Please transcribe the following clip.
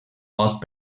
pot